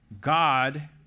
God